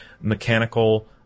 mechanical